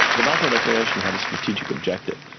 the balfour declaration had a strategic objective.